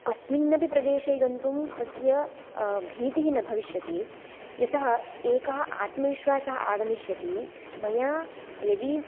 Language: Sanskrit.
कस्मिन्नपि प्रदेशे गन्तुं तस्य भीतिः न भविष्यति यतः एकः आत्मविश्वासः आगमिष्यति मया यदि